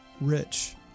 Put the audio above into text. rich